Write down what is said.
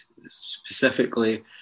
specifically